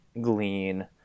glean